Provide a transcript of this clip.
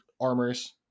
armors